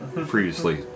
previously